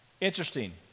Interesting